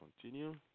continue